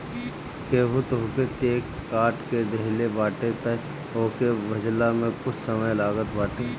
केहू तोहके चेक काट के देहले बाटे तअ ओके भजला में कुछ समय लागत बाटे